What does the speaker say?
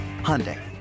Hyundai